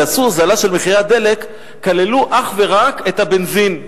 כשעשו הוזלה של מחירי הדלק כללו אך ורק את הבנזין,